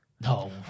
No